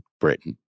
Britain